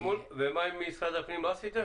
ומול משרד הפנים לא עשיתם?